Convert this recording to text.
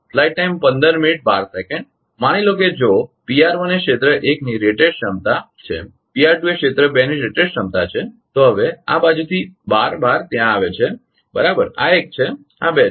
માની લો કે જો એ ક્ષેત્ર એકની રેટેડ ક્ષમતા છે અને એ ક્ષેત્ર બેની રેટેડ ક્ષમતા છે તો હવે આ બાજુથી બાર બાર ત્યાં છે બરાબર આ એક છે આ બે છે